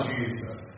Jesus